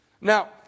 Now